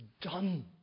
done